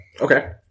Okay